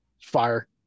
Fire